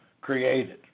created